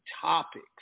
topics